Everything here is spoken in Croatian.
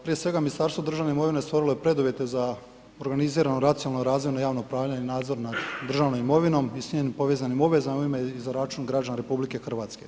Prije svega Ministarstvo državne imovine stvorilo je preduvjete za organizirano racionalno razvojno javno upravljanje i nadzor nad državnom imovinom i s njenim povezanim obvezama u ime i za račun građana RH.